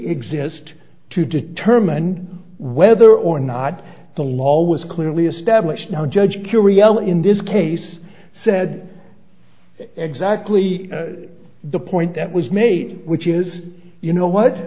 exist to determine whether or not the law was clearly established now judge curial in this case said exactly the point that was made which is you know what